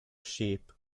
sheep